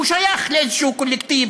הוא שייך לאיזה קולקטיב,